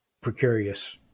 precarious